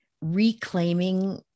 reclaiming